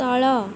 ତଳ